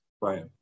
Right